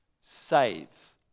saves